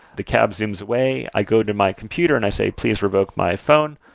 the cab zooms away, i go to my computer and i say, please revoke my phone.